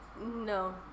No